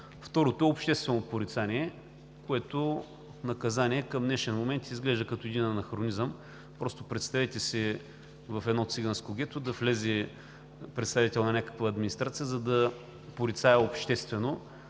Второто е „обществено порицание“, което наказание към днешния момент изглежда като анахронизъм. Представете си в едно циганско гето да влезе представител на някаква администрация, за да порицае обществено